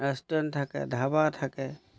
restaurant থাকে ধাবা থাকে